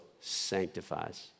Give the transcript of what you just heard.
sanctifies